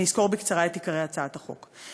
ואני אסקור בקצרה את עיקרי הצעת החוק.